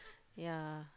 yeah